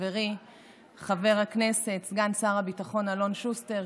וחברי חבר הכנסת סגן שר הביטחון אלון שוסטר,